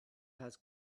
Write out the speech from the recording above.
has